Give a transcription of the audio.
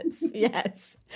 yes